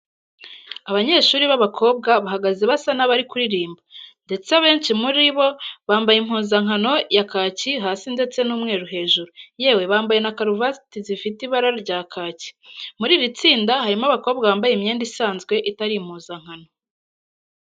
Abanyeshuri b'abakobwa bahagaze basa n'abari kuririmba ndeste abenshi muri bo bampaye impuzankano ya kaki hasi ndetse n'umweru hejuru yewe bambaye na kurvati zifite ibara rya kaki. Muri iri tsinda harimo abakobwa bambaye imyenda isanzwe itari impuzankano.